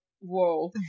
whoa